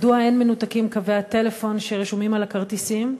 3. מדוע אין מנותקים קווי הטלפון שרשומים על הכרטיסים?